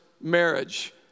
marriage